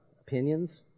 Opinions